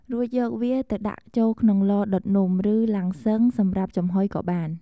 រួចយកវាទៅដាក់ចូលក្នុង ឡដុតនំ ឬ ឡាំងស៊ឹងសម្រាប់ចំហុយ ក៏បាន។